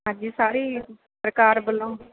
ਹਾਂਜੀ ਸਾਰੀ ਸਰਕਾਰ ਵੱਲੋਂ